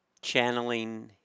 channeling